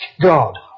God